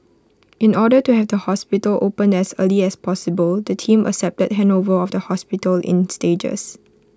in order to have the hospital opened as early as possible the team accepted handover of the hospital in stages